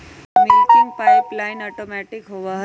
milking pipeline automatic होबा हई